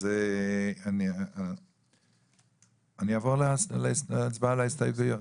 אז אני אעבור להצבעה על ההסתייגויות.